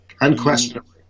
unquestionably